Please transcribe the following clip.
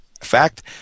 fact